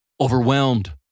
overwhelmed